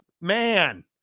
man